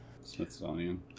Smithsonian